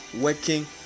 working